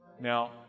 Now